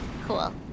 Cool